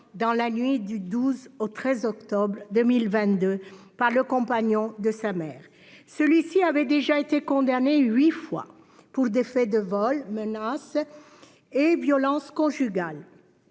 dans la nuit du 12 au 13 octobre 2022 par le compagnon de sa mère. Celui-ci avait déjà été condamné huit fois pour des faits de vols, de menaces et de violences conjugales.